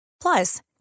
Plus